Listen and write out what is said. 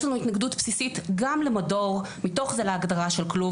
יש לנו התנגדות בסיסית גם למדור מתוך זה להגדרה של כלוב.